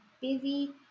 busy